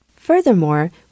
Furthermore